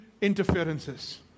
interferences